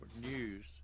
news